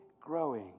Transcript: growing